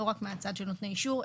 לא רק מהצד של נותני אישור,